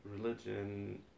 Religion